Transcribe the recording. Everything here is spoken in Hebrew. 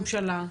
ממשלה,